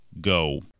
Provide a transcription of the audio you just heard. go